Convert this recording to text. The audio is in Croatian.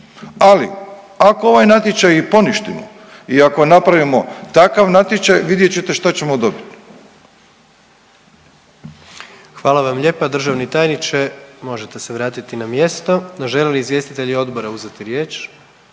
Ali ako ovaj natječaj i poništimo i ako napravimo takav natječaj vidjet ćete što ćemo dobiti. **Jandroković, Gordan (HDZ)** Hvala vam lijepa. Državni tajniče možete se vratiti na mjesto. Žele li izvjestitelji odbora uzeti riječ?